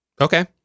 Okay